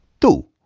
Two